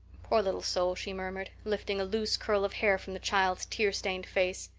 poor little soul, she murmured, lifting a loose curl of hair from the child's tear-stained face.